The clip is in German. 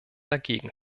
dagegen